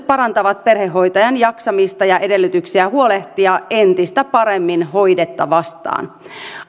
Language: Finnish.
parantavat perhehoitajan jaksamista ja edellytyksiä huolehtia entistä paremmin hoidettavastaan